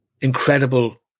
incredible